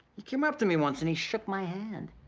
he came up to me once, and he shook my hand.